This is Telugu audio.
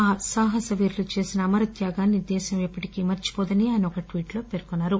ఆ సాహస వీరులు చేసిన అమర త్యాగాన్ని దేశం ఎప్పటికీ మర్చివోదని ఆయన ఒక ట్వీట్ లో పేర్కొన్నారు